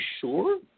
sure